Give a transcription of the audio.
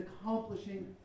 accomplishing